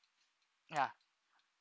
ya